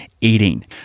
eating